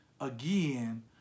again